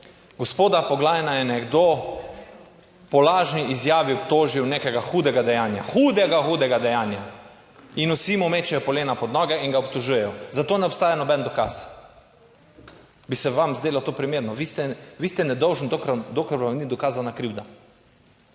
gospoda Poglajna je nekdo po lažni izjavi obtožil nekega hudega dejanja, hudega, hudega dejanja in vsi mu mečejo polena pod noge in ga obtožujejo. Za to ne obstaja noben dokaz. Bi se vam zdelo to primerno? Vi ste, vi ste nedolžen, dokler vam ni dokazana krivda.